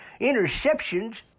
interceptions